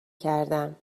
کردم